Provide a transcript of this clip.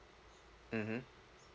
mmhmm